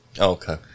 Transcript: Okay